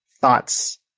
thoughts